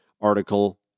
article